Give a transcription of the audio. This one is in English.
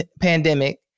pandemic